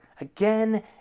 again